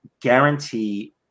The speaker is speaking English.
guarantee